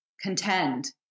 contend